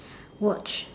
watch